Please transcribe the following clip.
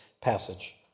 passage